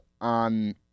on